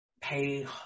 pay